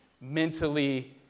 mentally